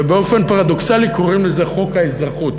ובאופן פרדוקסלי קוראים לזה "חוק האזרחות".